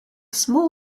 small